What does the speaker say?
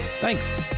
Thanks